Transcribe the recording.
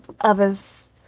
others